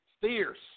Fierce